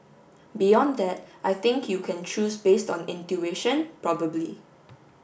beyond that I think you can choose based on intuition probably